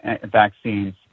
vaccines